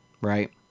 right